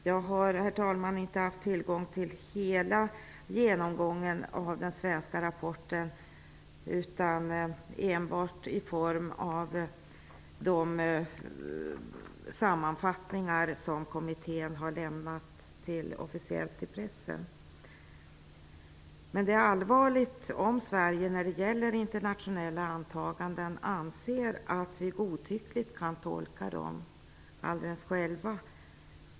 Jag har inte haft tillgång till hela genomgången av den svenska rapporten utan enbart de sammanfattningar som kommittén officiellt har lämnat till pressen. Men det är allvarligt om Sverige när det gäller internationella åtaganden anser att vi godtyckligt kan tolka dessa alldeles själva.